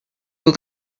nur